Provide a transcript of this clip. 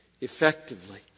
effectively